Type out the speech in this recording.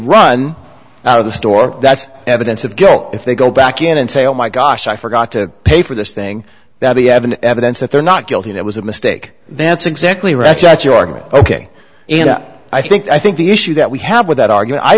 run out of the store that's evidence of guilt if they go back in and say oh my gosh i forgot to pay for this thing that we have an evidence that they're not guilty and it was a mistake that's exactly right ok i think i think the issue that we have with that argument i